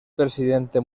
presidente